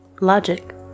Logic